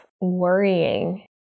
worrying